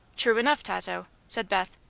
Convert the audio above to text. true enough, tato, said beth.